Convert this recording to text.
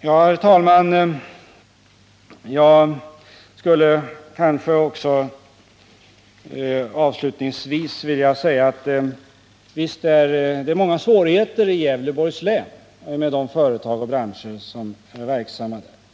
Herr talman! Jag skulle avslutningsvis också vilja säga, att visst är det många svårigheter i Gävleborgs län för de företag och branscher som är verksamma där.